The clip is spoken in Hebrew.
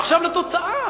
ועכשיו לתוצאה.